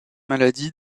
maladie